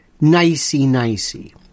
nicey-nicey